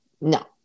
no